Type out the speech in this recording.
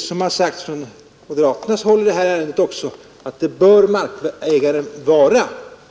som sagts från moderat håll framgår också att man anser att det bör markägaren vara.